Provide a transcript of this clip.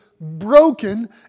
broken